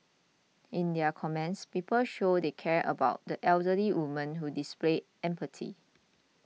in their comments people showed they cared about the elderly woman who displayed empathy